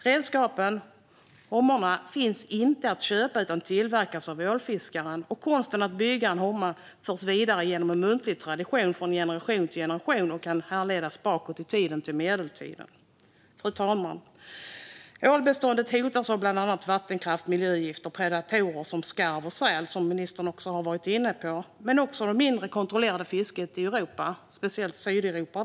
Redskapen, hommorna, finns inte att köpa utan tillverkas av ålfiskaren, och konsten att bygga en homma förs vidare genom en muntlig tradition från generation till generation som kan härledas bakåt i tiden till medeltiden. Fru talman! Ålbeståndet hotas av bland annat vattenkraft, miljögifter och predatorer som skarv och säl, som ministern har varit inne på, men också av det mindre kontrollerade fisket i Europa, speciellt Sydeuropa.